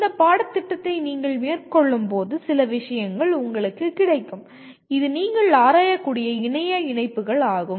இந்த பாடத்திட்டத்தை நீங்கள் மேற்கொள்ளும்போது சில விஷயங்கள் உங்களுக்கு கிடைக்கும் இது நீங்கள் ஆராயக்கூடிய இணைய இணைப்புகளை வழங்கும்